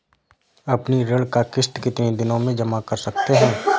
अपनी ऋण का किश्त कितनी दिनों तक जमा कर सकते हैं?